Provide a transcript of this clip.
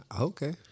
Okay